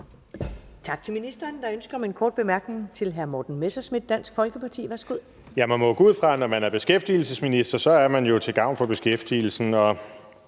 Tak til ministeren. Der er ønske om en kort bemærkning fra hr. Morten Messerschmidt, Dansk Folkeparti. Værsgo. Kl. 15:44 Morten Messerschmidt (DF): Man må jo gå ud fra, at når man er beskæftigelsesminister, er man til gavn for beskæftigelsen.